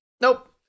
Nope